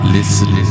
Listen